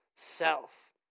self